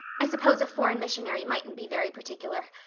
i suppose a foreign missionary mightn't be very particular.